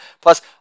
Plus